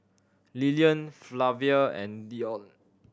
Lilian Flavia and Dione